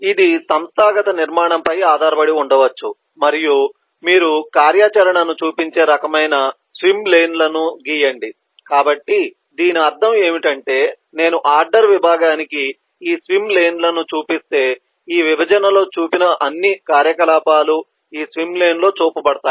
ఇది సంస్థాగత నిర్మాణంపై ఆధారపడి ఉండవచ్చు మరియు మీరు మీరు కార్యాచరణను చూపించే రకమైన స్విమ్ లేన్ లను గీయండి కాబట్టి దీని అర్థం ఏమిటంటే నేను ఆర్డర్ విభాగానికి ఈ స్విమ్ లేన్ను చూపిస్తే ఈ విభజనలో చూపిన అన్ని కార్యకలాపాలు ఈ స్విమ్ లేన్ లో చూపబడతాయి